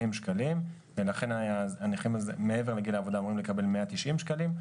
שקלים ולכן הנכים מעבר לגיל העבודה אמורים לקבל 190 שקלים.